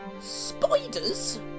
Spiders